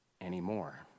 anymore